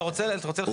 אתה רוצה לחכות?